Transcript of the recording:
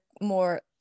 more